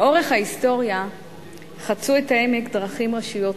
לאורך ההיסטוריה חצו את העמק דרכים ראשיות קדומות,